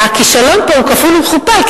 והכישלון פה הוא כפול ומכופל,